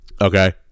Okay